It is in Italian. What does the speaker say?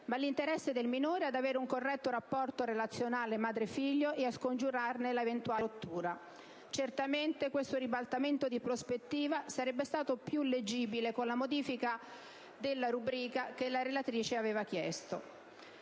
ma l'interesse del minore ad avere un corretto rapporto relazionale madre-figlio e a scongiurarne l'eventuale rottura. Certamente questo ribaltamento di prospettiva sarebbe stato più leggibile con la modifica della rubrica che la relatrice aveva chiesto.